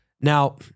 Now